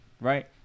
Right